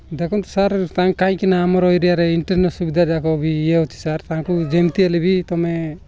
ଦେଖନ୍ତୁ ସାର୍ କାହିଁକିନା ଆମର ଏରିଆରେ ଇଣ୍ଟର୍ନେଟ୍ ସୁବିଧାଯାକ ବି ଇଏ ଅଛି ସାର୍ ତାଙ୍କୁ ଯେମିତି ହେଲେ ବି ତୁମେ